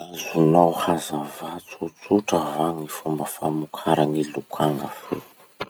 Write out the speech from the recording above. Azonao hazavà tsotsotra va gny fomba famokaran'ny lokanga feo?